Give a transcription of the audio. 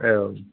एवम्